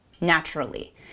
naturally